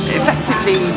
effectively